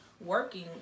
working